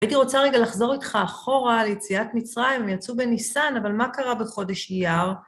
הייתי רוצה רגע לחזור איתך אחורה ליציאת מצרים וליצוא בניסן, אבל מה קרה בחודש אייר?